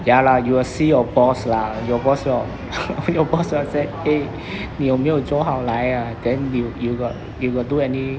ya lah you will see your boss lah your boss will your boss will say eh 你有没有做好来 ah then you you got you got do any